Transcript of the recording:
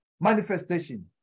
manifestation